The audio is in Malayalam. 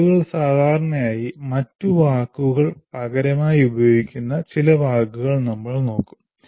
ആളുകൾ സാധാരണയായി മറ്റ് വാക്കുകൾ പകരമായി ഉപയോഗിക്കുന്ന ചില വാക്കുകൾ നമ്മൾ നോക്കും